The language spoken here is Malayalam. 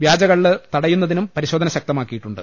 വ്യാജ കള്ള് തടയുന്നതിനും പരിശോധന ശക്തമാക്കിയിട്ടുണ്ട്